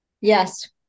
Yes